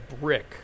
brick